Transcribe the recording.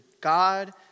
God